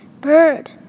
Bird